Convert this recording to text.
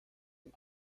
dem